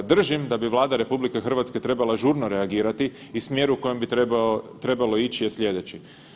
Držim da bi Vlada RH trebala žurno reagirati i smjer u kojem bi trebalo ići je slijedeći.